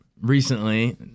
recently